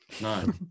No